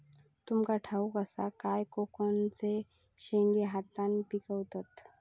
तुमका ठाउक असा काय कोकोचे शेंगे हातान पिकवतत